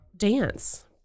dance